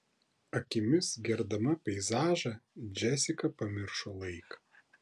akimis gerdama peizažą džesika pamiršo laiką